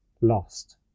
lost